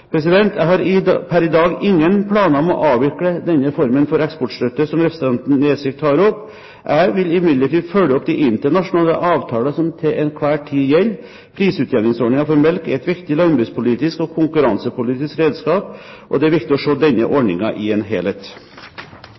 i dag ingen planer om å avvikle denne formen for eksportstøtte som representanten Nesvik tar opp. Jeg vil imidlertid følge opp de internasjonale avtaler som til enhver tid gjelder. Prisutjevningsordningen for melk er et viktig landbrukspolitisk og konkurransepolitisk redskap, og det er viktig å se denne ordningen i en helhet.